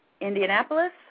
Indianapolis